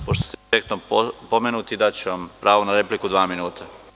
Pošto ste direktno pomenuti, daću vam pravo na repliku, dva minuta.